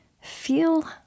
feel